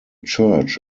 church